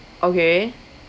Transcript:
okay